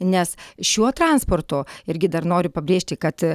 nes šiuo transportu irgi dar noriu pabrėžti kad